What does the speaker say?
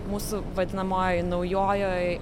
mūsų vadinamojoj naujojoj